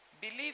believe